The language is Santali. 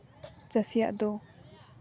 ᱪᱟᱹᱥᱤᱭᱟᱜ ᱫᱚ